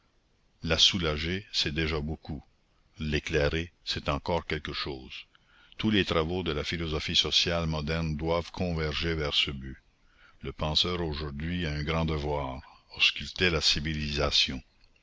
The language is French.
la soulager c'est déjà beaucoup l'éclairer c'est encore quelque chose tous les travaux de la philosophie sociale moderne doivent converger vers ce but le penseur aujourd'hui a un grand devoir ausculter la civilisation